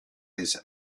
his